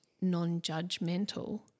non-judgmental